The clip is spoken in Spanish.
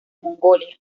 mongolia